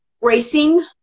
racing